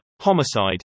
Homicide